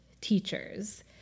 teachers